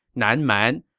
nan man,